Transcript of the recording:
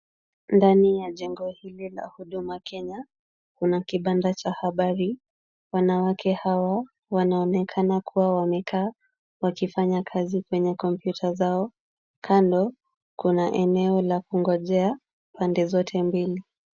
Ndani ya jengo hili la huduma Kenya, kuna kibanda cha habari. Wanawake hawa wanaonekana kuwa wamekaa wakifanya kazi kwenye kompyuta zao. Kando kuna eneo la kungojea pande zote mbili.